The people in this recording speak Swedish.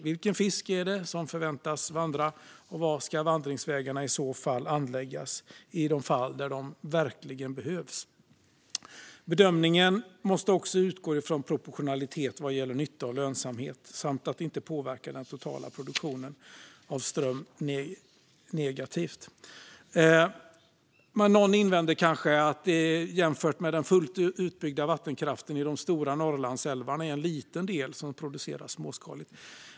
Vilken fisk är det som förväntas vandra, och var ska vandringsvägarna anläggas i de fall där de verkligen behövs? Bedömningen måste också utgå från proportionalitet vad gäller nytta och lönsamhet samt att det inte påverkar den totala produktionen av ström negativt. Någon invänder kanske att det jämfört med den fullt utbyggda vattenkraften i de stora Norrlandsälvarna är en liten del som produceras småskaligt.